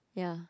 ya